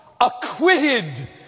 Acquitted